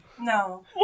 No